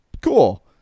cool